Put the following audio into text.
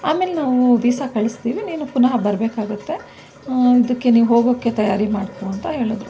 ಆಮೇಲೆ ನಾವು ವೀಸಾ ಕಳಿಸ್ತೀವಿ ನೀನು ಪುನಃ ಬರಬೇಕಾಗುತ್ತೆ ಇದಕ್ಕೆ ನೀನು ಹೋಗೋಕ್ಕೆ ತಯಾರಿ ಮಾಡ್ಕೊ ಅಂತ ಹೇಳಿದರು